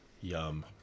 yum